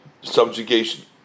subjugation